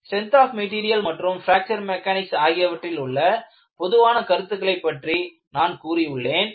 strength of material மற்றும் fracture mechanics ஆகியவற்றில் உள்ள பொதுவான கருத்துகளை பற்றி நான் கூறியுள்ளேன்